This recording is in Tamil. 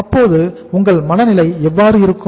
அப்போது உங்கள் மனநிலை எவ்வாறு இருக்கும்